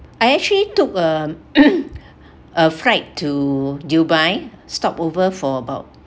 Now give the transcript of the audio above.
I actually took um a flight to dubai stopover for about